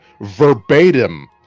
verbatim